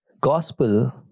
Gospel